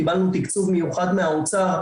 קיבלנו תקצוב מיוחד מהאוצר,